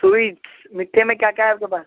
sweets مٹھے میں کیا کیا ہے آپ کے پاس